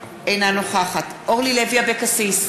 אינה נוכחת אורלי לוי אבקסיס,